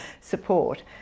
support